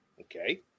okay